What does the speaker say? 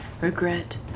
regret